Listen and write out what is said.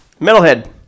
Metalhead